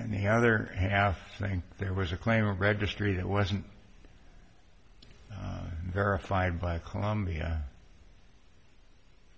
and the other half thing there was a claim a registry that wasn't verified by columbia